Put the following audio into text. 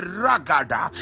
ragada